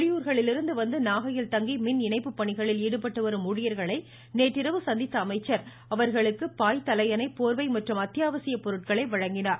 வெளியூர்களிலிருந்து வந்து நாகையில் தங்கி மின் இணைப்பு பணிகளில் ஈடுபட்டு வரும் ஊழியர்களை நேற்றிரவு சந்தித்த அமைச்சர் அவர்களுக்கு பாய் தலையணை போர்வை மற்றும் அத்தியாவசிய பொருட்களை வழங்கினார்